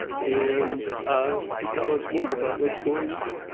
and ah to tell us more about what's going on.